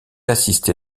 assisté